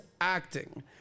acting